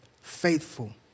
faithful